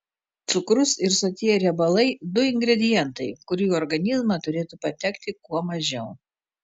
cukrus ir sotieji riebalai du ingredientai kurių į organizmą turėtų patekti kuo mažiau